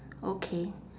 okay